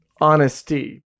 honesty